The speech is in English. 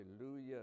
Hallelujah